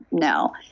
No